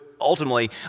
ultimately